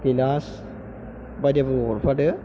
गिलास बायदिबो हरफादो